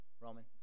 roman